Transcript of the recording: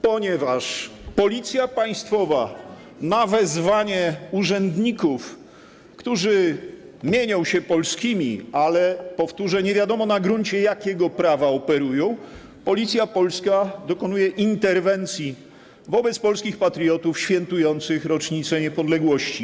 ponieważ Policja państwowa na wezwanie urzędników, którzy mienią się polskimi, ale, powtórzę, nie wiadomo, na gruncie jakiego prawa operują, Policja polska dokonuje interwencji wobec polskich patriotów świętujących rocznicę niepodległości.